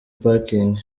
parking